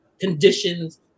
conditions